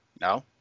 No